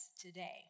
today